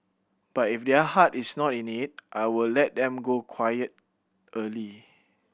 but if their heart is not in it I will let them go quiet early